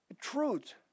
Truth